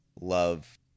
love